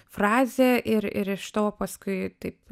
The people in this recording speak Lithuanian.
frazė ir ir iš to paskui taip